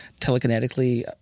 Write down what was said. telekinetically